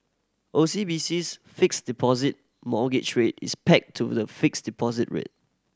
O C B C's Fixed Deposit Mortgage Rate is pegged to the fixed deposit rate